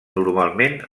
normalment